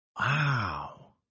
Wow